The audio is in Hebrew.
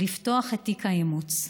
לפתוח את תיק האימוץ.